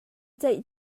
ceih